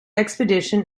expedition